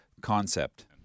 concept